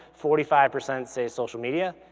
forty five percent say social media,